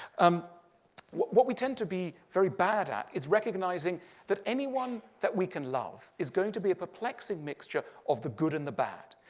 um what what we tend to be very bad at is recognizing that anyone that we can love is going to be a perplexing mixture of the good and the bad.